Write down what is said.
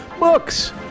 books